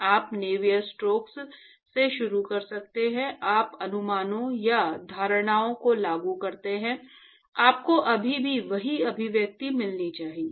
आप Navier Stokes से शुरू कर सकते हैं आप अनुमानों या धारणाओं को लागू करते हैं आपको अभी भी वही अभिव्यक्ति मिलनी चाहिए